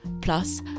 Plus